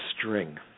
string